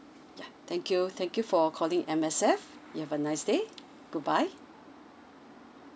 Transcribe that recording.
yeah thank you thank you for calling M_S_F you have a nice day goodbye